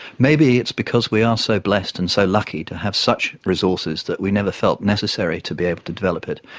maybe it's because we are so blessed and so lucky to have such resources that we never felt it necessary to be able to develop it,